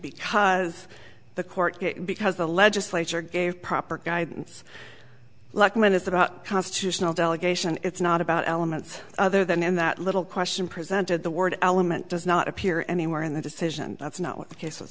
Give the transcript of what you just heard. because the court because the legislature gave proper guidance lukman is the constitutional delegation it's not about elements other than in that little question presented the word element does not appear anywhere in the decision that's not what the case was